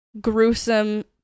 gruesome